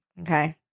Okay